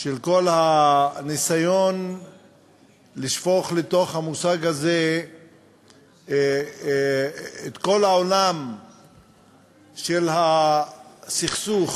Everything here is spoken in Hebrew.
של כל הניסיון לשפוך לתוך המושג הזה את כל העולם של הסכסוך